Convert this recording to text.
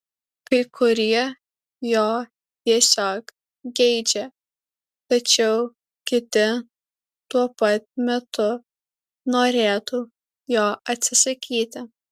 kai kurie jo tiesiog geidžia tačiau kiti tuo pat metu norėtų jo atsisakyti